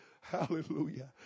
hallelujah